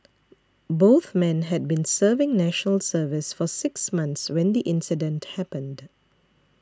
both men had been serving National Service for six months when the incident happened